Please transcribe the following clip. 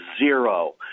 zero